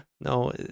no